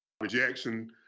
rejection